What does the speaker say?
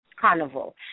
Carnival